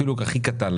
אפילו הכי קטן,